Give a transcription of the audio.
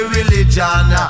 Religion